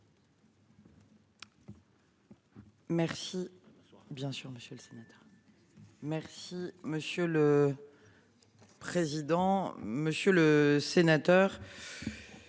Merci. Bien sûr, monsieur le sénateur. Merci monsieur le. Président, Monsieur le Sénateur.